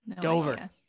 Dover